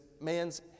man's